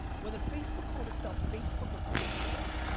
whether facebook called itself facebook or basebook.